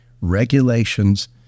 regulations